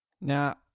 Now